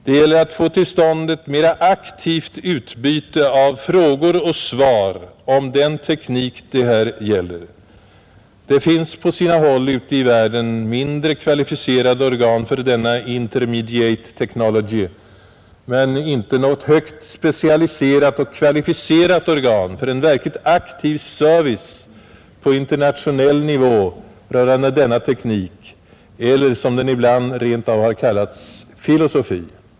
Det gäller att få till stånd ett mera aktivt utbyte av frågor och svar om den teknik det här rör sig om. Det finns på sina håll ute i världen mindre kvalificerade organ för denna ”intermediate technology” men inte något högt specialiserat och kvalificerat organ för verkligt aktiv service på internationell nivå rörande denna teknik eller, som den ibland rent av har kallats, filosofi.